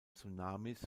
tsunamis